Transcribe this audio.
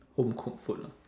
home cooked food lah